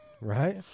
right